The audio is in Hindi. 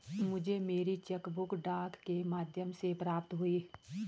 मुझे मेरी चेक बुक डाक के माध्यम से प्राप्त हुई है